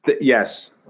Yes